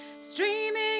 Streaming